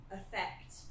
affect